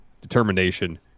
determination